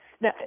Now